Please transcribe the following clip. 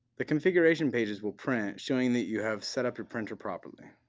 the configuration pages will print showing that you have set up your printer properly.